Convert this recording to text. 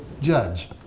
judge